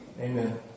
Amen